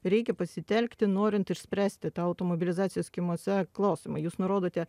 reikia pasitelkti norint išspręsti tą automobilizacijos kiemuose klausimą jūs nurodote